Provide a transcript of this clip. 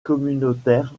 communautaire